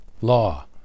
law